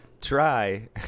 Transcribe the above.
Try